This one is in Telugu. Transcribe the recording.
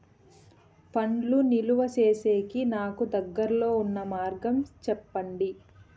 పండ్లు నిలువ సేసేకి నాకు దగ్గర్లో ఉన్న మార్గం చెప్పండి?